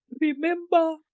Remember